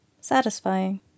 Satisfying